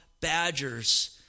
badgers